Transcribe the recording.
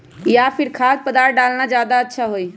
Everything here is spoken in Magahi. या फिर खाद्य पदार्थ डालना ज्यादा अच्छा होई?